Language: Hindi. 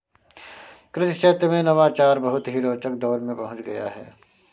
कृषि क्षेत्र में नवाचार बहुत ही रोचक दौर में पहुंच गया है